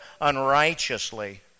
unrighteously